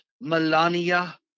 melania